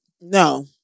No